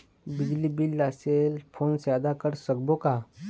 बिजली बिल ला cell phone से आदा कर सकबो का?